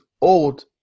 old